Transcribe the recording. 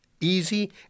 easy